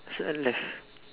is left